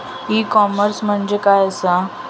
E commerce म्हणजे काय असा?